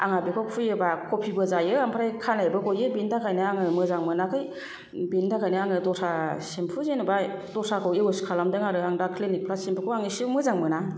आंहा बेखौ फुयोबा कपिबो जायो ओमफ्राय खानायबो गयो बेनि थाखायनो आङो मोजां मोनाखै बेनि थाखायनो आङो दस्रा शेम्पु जेनेबा दस्राखौ इउस खालामदों आरो आं दा क्लिनिक प्लास शेम्पुखौ आं एसेबो मोजां मोना